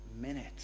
minute